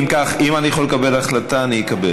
אם כך, אם אני יכול לקבל החלטה, אני אקבל.